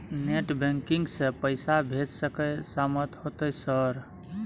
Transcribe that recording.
Net banking से पैसा भेज सके सामत होते सर?